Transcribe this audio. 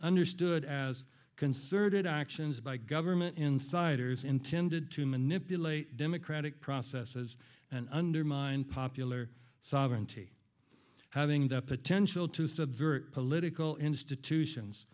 understood as concerted actions by government insiders intended to manipulate democratic processes and undermine popular sovereignty having the potential to subvert political institutions